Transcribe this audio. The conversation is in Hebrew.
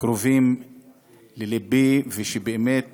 קרובים ללבי, ושבאמת